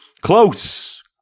close